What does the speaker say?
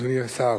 אדוני השר,